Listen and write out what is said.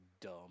dumb